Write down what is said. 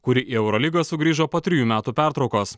kuri į eurolygą sugrįžo po trijų metų pertraukos